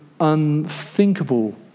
unthinkable